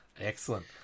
Excellent